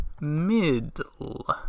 middle